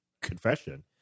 confession